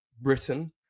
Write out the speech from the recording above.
Britain